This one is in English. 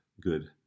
good